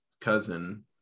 cousin